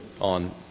on